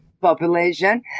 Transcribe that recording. population